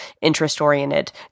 interest-oriented